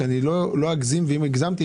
ולא אגזים ואם הגזמתי,